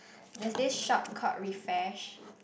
there is this shop called Refash